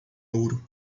ouro